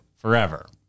Forever